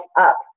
up